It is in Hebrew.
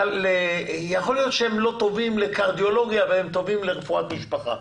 יכול להיות שהם לא טובים לקרדיולוגיה והם טובים לרפואת משפחה,